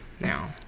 now